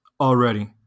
already